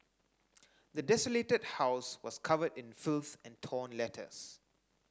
the desolated house was covered in filth and torn letters